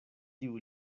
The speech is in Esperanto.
tiu